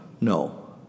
No